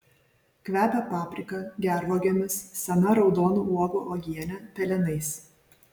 kvepia paprika gervuogėmis sena raudonų uogų uogiene pelenais